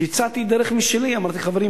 הצעתי דרך משלי ואמרתי: חברים,